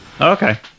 okay